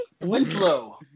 Winslow